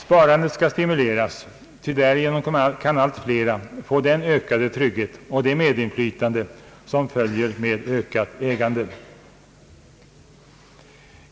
Sparandet skall stimuleras, ty därigenom kan allt flera få den ökade trygghet och det medinflytande som följer med ett ökat ägande.